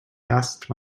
asked